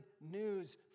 news